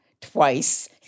twice